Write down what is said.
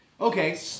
okay